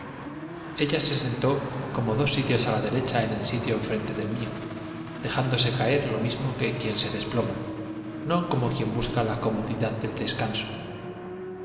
ella se sentó como dos sitios á la derecha en el sitio enfrente del mío dejándose caer lo mismo que desploma quien busca la comodidad quien se ro como del descanso